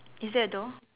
is there a door